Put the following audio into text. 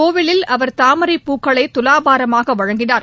கோவிலில் அவர் தாமரைப்பூக்களை துலாபாரமாக வழங்கினார்